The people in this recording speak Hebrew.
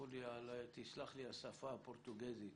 תסלח לי השפה הפורטוגזית